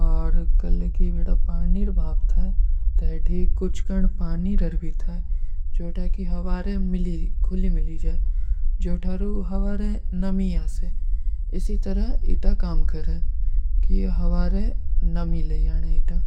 ଔର କଲ କି ଯେଟା ପାନୀର ଭାପ ଥା ତେ ଥୀ କୁଛ କଂଡ ପାନୀର ହର ଭୀ ଥା ଜୋ ଥା କି ହଵାରେ ମିଲୀ, ଖୁଲୀ ମିଲୀ ଜାଏ ଜୋ ଥାରୋ ହଵାରେ ନମୀ ଆସେ, ଇସୀ ତରହ ଇତା କାମ କରେଂ କି ହଵାରେ ନମୀ ଲେଯାନେ ଇତା।